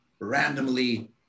randomly